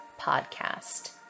Podcast